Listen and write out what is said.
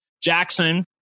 Jackson